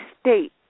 state